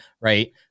right